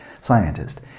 scientist